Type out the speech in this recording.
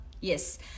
Yes